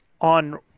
on